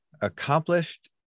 accomplished